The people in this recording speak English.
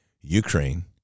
Ukraine